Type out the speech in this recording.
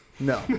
No